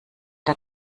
der